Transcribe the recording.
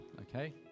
okay